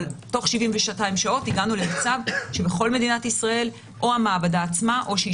אבל תוך 72 שעות הגענו למצב שבכל מדינת ישראל או המעבדה עצמה או שהיא